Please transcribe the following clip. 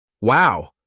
Wow